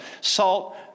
Salt